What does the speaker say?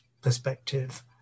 perspective